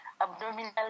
abdominal